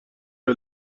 های